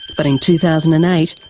but in two thousand and eight,